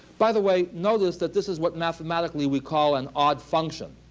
by the way, notice that this is what mathematically we call an odd function.